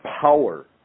power